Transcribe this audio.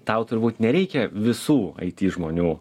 tau turbūt nereikia visų aity žmonių